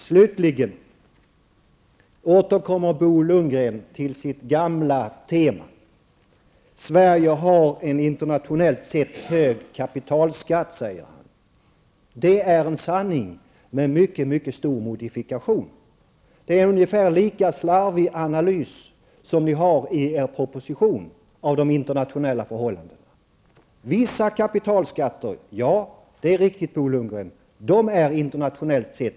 Slutligen återkom Bo Lundgren till sitt gamla tema. Sverige har en internationellt sett hög kapitalskatt, sade han. Det är en sanning med mycket stor modifikation. Det är en ungefär lika slarvig analys av de internationella förhållandena som den ni har gjort i er proposition. Vissa kapitalskatter är internationellt sett höga -- det är riktigt, Bo Lundgren.